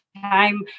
time